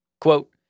quote